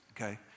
Okay